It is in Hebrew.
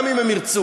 גם אם הם ירצו.